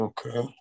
Okay